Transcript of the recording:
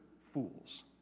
fools